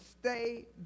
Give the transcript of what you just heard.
stay